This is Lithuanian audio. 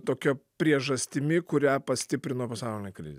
tokia priežastimi kurią pastiprino pasaulinė krizė